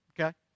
Okay